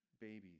Babies